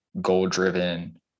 goal-driven